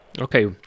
Okay